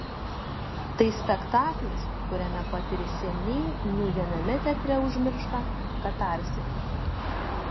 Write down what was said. tai spektaklis kuriame patiri seniai nūdieniame teatre užmirštą katarsį